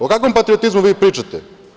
O kakvom patriotizmu vi pričate?